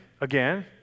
again